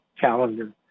calendar